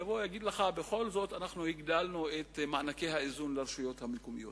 שיגידו לך: בכל זאת אנחנו הגדלנו את מענקי האיזון לרשויות המקומיות.